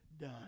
done